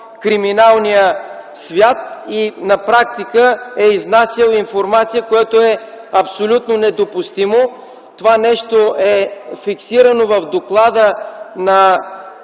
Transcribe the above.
криминалния свят. На практика е изнасял информация, което е абсолютно недопустимо. Това нещо е фиксирано в доклада на